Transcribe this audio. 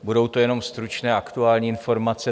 Budou to jenom stručné a aktuální informace.